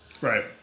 right